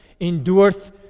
endureth